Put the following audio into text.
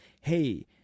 hey